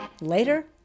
later